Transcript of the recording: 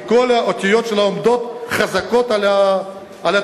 כי כל האותיות שלה עומדות חזקות על התשתית.